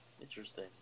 Interesting